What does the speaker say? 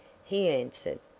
he answered.